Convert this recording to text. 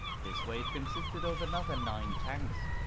this wave consisted of another nine tanks.